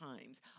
times